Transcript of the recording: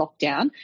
lockdown